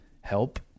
Help